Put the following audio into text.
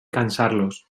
cansarlos